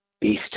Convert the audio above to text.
beast